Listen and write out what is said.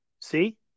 See